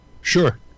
Sure